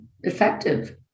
effective